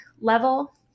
level